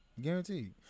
guaranteed